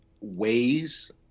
ways